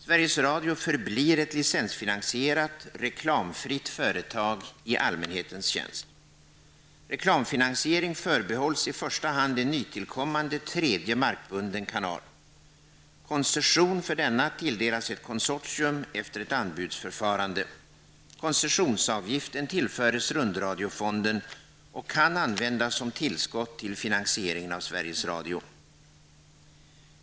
Sveriges Radio förblir ett licensfinansierat, reklamfritt företag i allmänhetens tjänst. Reklamfinansiering förbehålls i första hand en nytillkommande tredje markbunden kanal. Koncession för denna tilldelas ett konsortium efter ett anbudsförfarande. Koncessionsavgiften tillförs rundradiofonden och kan användas som tillskott till finansieringen av Sveriges Radio.